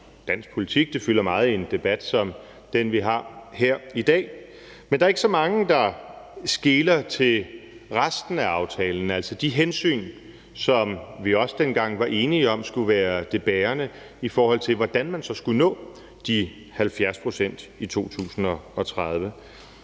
dansk politik, og det fylder meget i en debat som den, vi har her i dag. Men der er ikke så mange, der skeler til resten af aftalen, altså de hensyn, som vi dengang også var enige om skulle være det bærende, i forhold til hvordan man så skulle nå de 70 pct. i 2030,